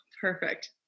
perfect